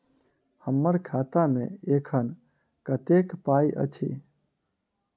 हम्मर खाता मे एखन कतेक पाई अछि?